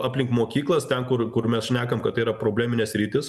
aplink mokyklas ten kur kur mes šnekam kad tai yra probleminės sritys